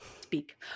speak